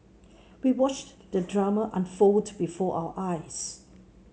we watched the drama unfold before our eyes